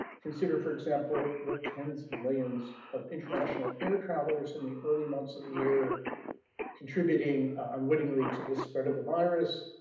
consider, for example, that tens of millions of international air travelers in the early months of year contributing unwittingly to the spread of the virus.